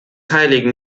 heiligen